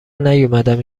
نیومدم